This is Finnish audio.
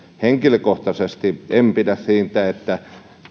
henkilökohtaisesti en pidä siitä että